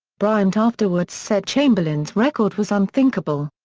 bryant afterwards said chamberlain's record was unthinkable.